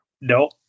No